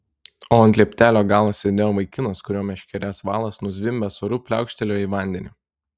o ant lieptelio galo sėdėjo vaikinas kurio meškerės valas nuzvimbęs oru pliaukštelėjo į vandenį